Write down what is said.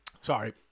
Sorry